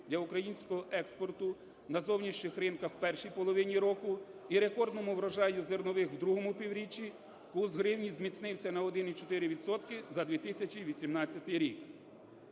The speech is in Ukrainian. для українського експорту на зовнішніх ринках в першій половині року і рекордному урожаю зернових в другому півріччі, курс гривні зміцнився на 1,4 відсотка за 2018 рік.